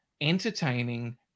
entertaining